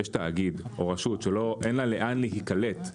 יש תאגיד או רשות שאין לה לאן להיקלט,